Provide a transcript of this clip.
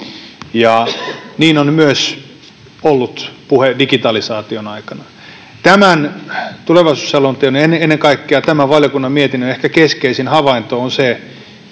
Niin on myös ollut puhe digitalisaation aikana. Tämän tulevaisuusselonteon ja ennen kaikkea tämän valiokunnan mietinnön ehkä keskeisin havainto on se,